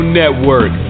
network